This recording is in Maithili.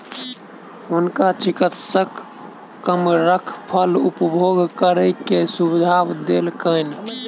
हुनका चिकित्सक कमरख फल उपभोग करै के सुझाव देलकैन